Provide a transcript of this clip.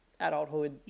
adulthood